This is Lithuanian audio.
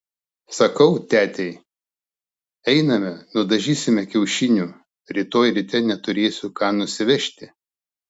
sakau tetei einame nudažysime kiaušinių rytoj ryte neturėsiu ką nusivežti